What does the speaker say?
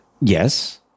Yes